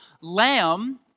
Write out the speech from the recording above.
lamb